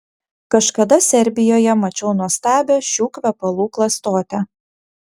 kažkada serbijoje mačiau nuostabią šių kvepalų klastotę